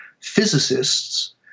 Physicists